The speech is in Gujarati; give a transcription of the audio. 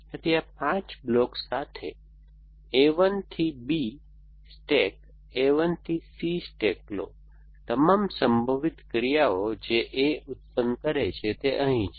તેથી આ 5 બ્લોક્સ સાથે A 1 થી B સ્ટેક A 1 થી C સ્ટેક લો તમામ સંભવિત ક્રિયાઓ જે A ઉત્પન્ન કરે છે તે અહીં છે